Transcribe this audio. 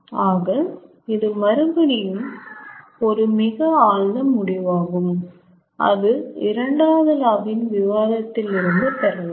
ஆக இது மறுபடியும் ஒரு மிக ஆழ்ந்த முடிவாகும் அது இரண்டாவது லா வின் விவாதத்தில் இருந்து பெறலாம்